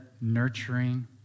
nurturing